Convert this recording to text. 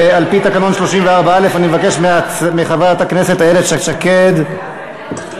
ועל-פי סעיף 34(א) לתקנון אני מבקש מחברת הכנסת איילת שקד לדבר.